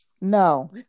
No